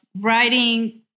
writing